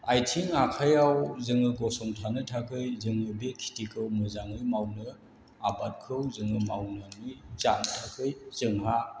आथिं आखाइआव जोङो गसंथानो थाखाय जोङो बे खेतिखौ मोजाङै मावनो आबादखौ जोङो मावनानै जानो थाखाय जोंहा